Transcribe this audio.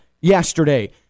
yesterday